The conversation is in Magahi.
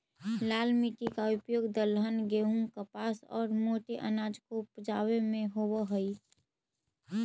लाल मिट्टी का उपयोग दलहन, गेहूं, कपास और मोटे अनाज को उपजावे में होवअ हई